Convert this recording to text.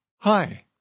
Hi